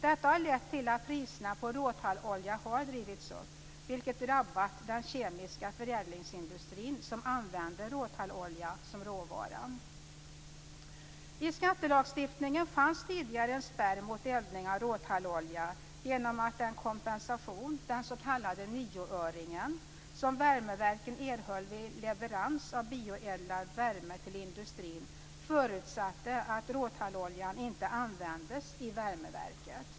Detta har lett till att priserna på råtallolja har drivits upp, vilket drabbat den kemiska förädlingsindustrin som använder råtallolja som råvara. den s.k. nioöringen - som värmeverken erhöll vid leverans av bioeldad värme till industrin förutsatte att råtalloljan inte användes i värmeverket.